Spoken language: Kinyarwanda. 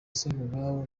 sindikubwabo